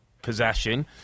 Possession